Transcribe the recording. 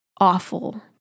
awful